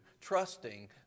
trusting